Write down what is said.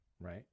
right